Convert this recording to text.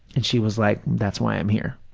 and she was like, that's why i'm here.